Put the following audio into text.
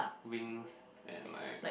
WinX and like